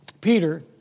Peter